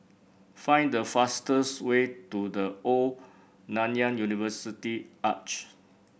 find the fastest way to The Old Nanyang University Arch